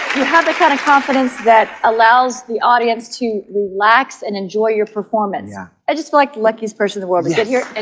you have the kind of confidence that allows the audience to relax and enjoy your performance i just feel like the luckiest person the world's been here and